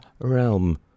realm